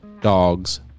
dogs